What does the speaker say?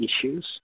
issues